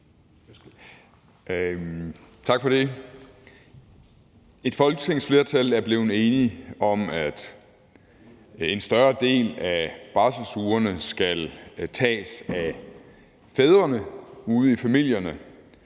Tak for det. Et folketingsflertal er blevet enige om, at en større del af barselsugerne skal tages af fædrene ude i familierne,